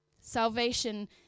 Salvation